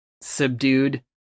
subdued